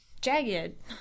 jagged